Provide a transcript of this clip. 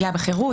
פגיעה בחירות,